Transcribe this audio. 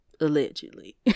allegedly